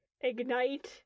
ignite